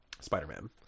Spider-Man